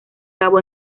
cabo